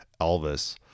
elvis